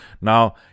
Now